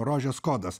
rožės kodas